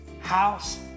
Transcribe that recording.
house